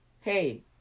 hey